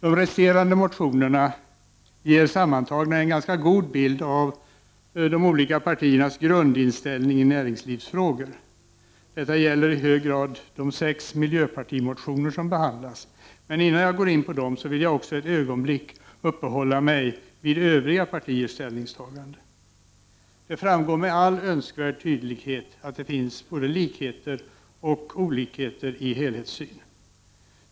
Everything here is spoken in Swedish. De resterande motionerna ger sammantagna en ganska god bild av partiernas grundinställning i näringslivsfrågor. Detta gäller i hög grad de sex miljöpartimotioner som behandlas. Innan jag går in på dem vill jag dock ett ögonblick uppehålla mig vid övriga partiers ställningstaganden. Det framgår med all önskvärd tydlighet att det finns både likheter och olikheter i helhetssyn.